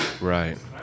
Right